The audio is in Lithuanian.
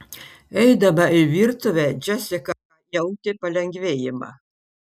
eidama į virtuvę džesika jautė palengvėjimą